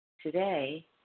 Today